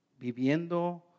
Viviendo